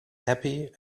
happy